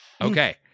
Okay